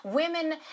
Women